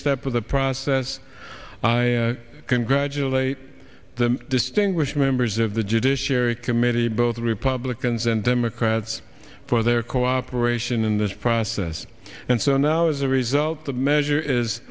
step of the process i congratulate the distinguished members of the judiciary committee both republicans and democrats for their cooperation in this process and so now as a result the measure is